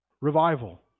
revival